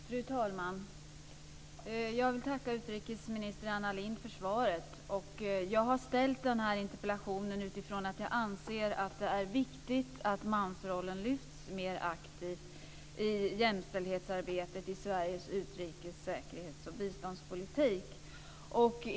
Fru talman! Jag vill tacka utrikesminister Anna Lindh för svaret. Jag har ställt den här interpellationen utifrån att jag anser att det är viktigt att mansrollen lyfts fram mer aktivt i jämställdhetsarbetet i Sveriges utrikes-, säkerhets och biståndspolitik.